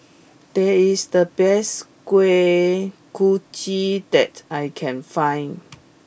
this is the best Kuih Kochi that I can find